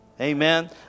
Amen